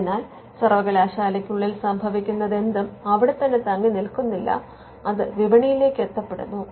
അതിനാൽ സർവ്വകലാശാലയ്ക്കുള്ളിൽ സംഭവിക്കുന്നതെന്തും അവിടെ തന്നെ തങ്ങിനിൽകുന്നില്ല അത് വിപണിയിലേക്ക് എത്തപ്പെടുന്നു